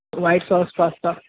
white sauce pasta